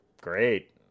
great